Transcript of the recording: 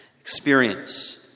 experience